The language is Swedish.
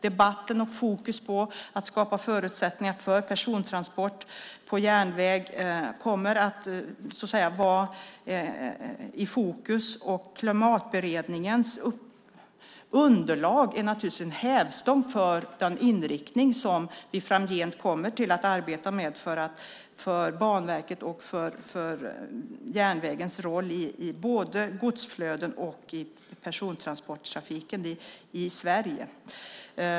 Debatten om att skapa förutsättningar för persontransport på järnväg kommer att vara i fokus. Klimatberedningens underlag är naturligtvis en hävstång för den inriktning som vi framgent kommer att arbeta med när det gäller Banverket och järnvägens roll i fråga om både godsflöden och persontransporttrafiken i Sverige.